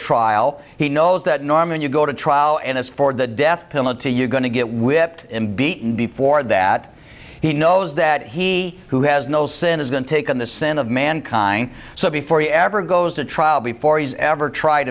trial he knows that norm and you go to trial and as for the death penalty you're going to get whipped him beaten before that he knows that he who has no sin has been taken the scent of mankind so before he ever goes to trial before he's ever tried